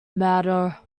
matter